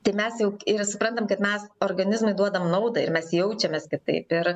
tai mes jau suprantam kad mes organizmui duodam naudą ir mes jaučiamės kitaip ir